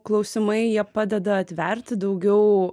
klausimai jie padeda atverti daugiau